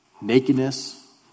Nakedness